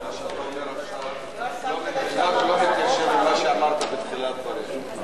מה שאתה אומר עכשיו לא מתיישב עם מה שאמרת בתחילת דבריך.